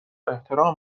احترام